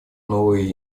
новое